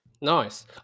Nice